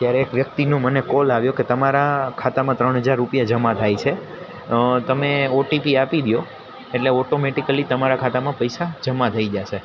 ત્યારે એક વ્યક્તિનું મને કોલ આવ્યો કે તમારા ખાતામાં ત્રણ હજાર રૂપીયા જમાં થાય છે તમે ઓટીપી આપી દો એટલે ઓટોમેટિકલી તમારા ખાતામાં પૈસા જમાં થઈ જશે